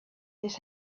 his